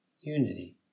unity